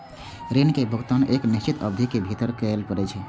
ऋण के भुगतान एक निश्चित अवधि के भीतर करय पड़ै छै